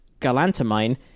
galantamine